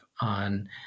on